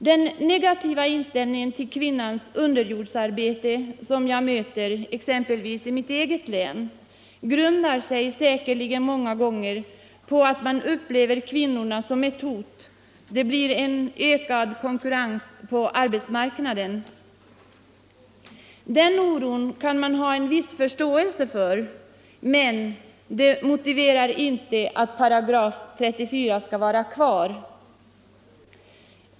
Den negativa inställning till kvinnans underjordsarbete som jag möter exempelvis i mitt eget län grundar sig säkerligen många gånger på att man upplever det hela som ett hot om ökad konkurrens på arbetsmarknaden. Den oron kan i viss mån vara förståelig, men den motiverar inte att 34 § skall vara kvar.